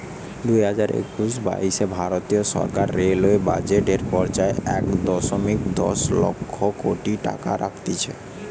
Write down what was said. দুইহাজার একুশ বাইশে ভারতীয় সরকার রেলওয়ে বাজেট এ পর্যায়ে এক দশমিক দশ লক্ষ কোটি টাকা রাখতিছে